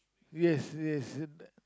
yes yes